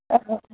औ